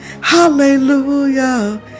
Hallelujah